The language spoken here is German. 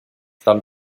dann